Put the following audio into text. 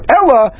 Ella